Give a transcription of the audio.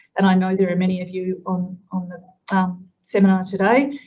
and i know there are many of you on on the seminar today.